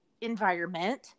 environment